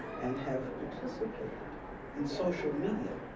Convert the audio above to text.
and have participated in social media,